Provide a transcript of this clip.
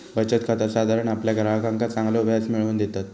बचत खाता साधारण आपल्या ग्राहकांका चांगलो व्याज मिळवून देतत